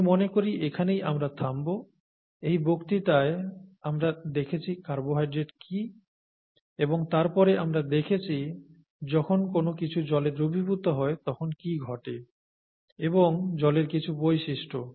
আমি মনে করি এখানেই আমরা থাকব এই বক্তৃতায় আমরা দেখেছি কার্বোহাইড্রেট কি এবং তারপরে আমরা দেখেছি যখন কোন কিছু জলে দ্রবীভূত হয় তখন কি ঘটে এবং জলের কিছু বৈশিষ্ট্য